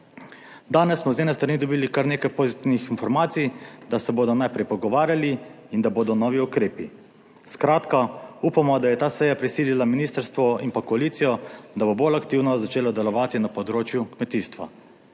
Danes smo z njene strani dobili kar nekaj pozitivnih informacij, da se bodo najprej pogovarjali in da bodo novi ukrepi. Skratka, upamo, da je ta seja prisilila ministrstvo in pa koalicijo, da bo bolj aktivno začelo delovati na področju kmetijstva.